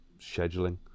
scheduling